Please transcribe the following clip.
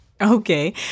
Okay